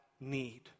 need